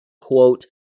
Quote